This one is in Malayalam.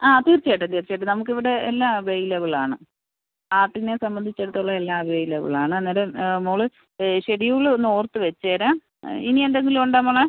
ആ തീർച്ചയായിട്ടും തീർച്ചയായിട്ടും നമക്ക് ഇവിടെ എല്ലാം അവൈലബിളാണ് പാട്ടിനെ സംബന്ധിച്ചടത്തോളം എല്ലാം അവൈലബിളാണ് അന്നേരം മോള് ഷെഡ്യൂളൊന്നോർത്ത് വെച്ചേരേ ഇനി എന്തെങ്കിലും ഒണ്ടോ മോളെ